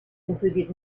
included